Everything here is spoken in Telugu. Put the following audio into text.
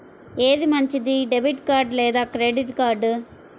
ఏది మంచిది, డెబిట్ కార్డ్ లేదా క్రెడిట్ కార్డ్?